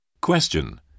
Question